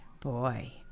Boy